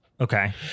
Okay